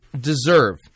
Deserve